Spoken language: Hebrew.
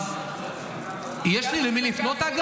אז יש לי למי לפנות,